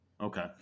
Okay